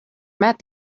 met